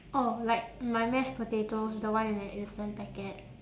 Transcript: oh like my mashed potatoes the one in the instant packet